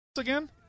again